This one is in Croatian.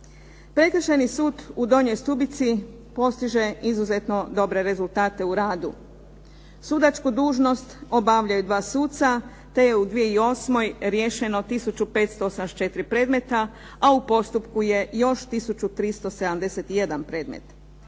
Prekršajni sud u Donjoj Stubici postiže izuzetno dobre rezultate u radu. Sudačku dužnost obavljaju dva suca te je u 2008. riješeno tisuću 584 predmeta a u postupku je još tisuću 371 predmet.